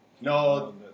No